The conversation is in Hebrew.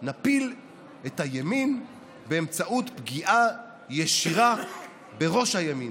נפיל את הימין באמצעות פגיעה ישירה בראש הימין,